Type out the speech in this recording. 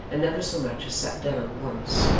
and never so much as sat down, once.